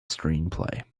screenplay